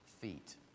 feet